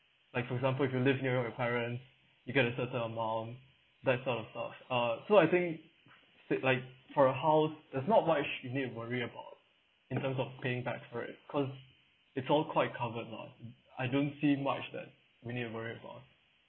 like for example if you live near your parent you get a certain amount that sort of stuff uh so I think said like for a house there's not much you need to worry about in terms of paying back for it cause it's all quite covered lor I don't see much that we need to worry about